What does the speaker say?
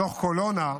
דוח קולונה,